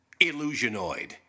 Illusionoid